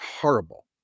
horrible